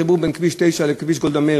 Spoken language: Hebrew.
החיבור בין כביש 9 לכביש גולדה מאיר.